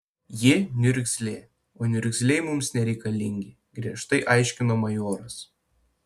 ji niurzglė o niurzgliai mums nereikalingi griežtai aiškino majoras